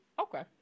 Okay